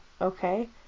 okay